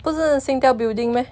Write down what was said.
不是 singtel building meh